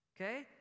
okay